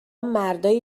مردای